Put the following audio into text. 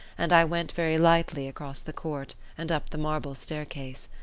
and i went very lightly across the court and up the marble staircase.